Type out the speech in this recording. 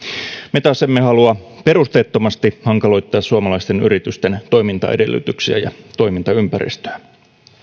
me taas emme halua perusteettomasti hankaloittaa suomalaisten yritysten toimintaedellytyksiä ja toimintaympäristöä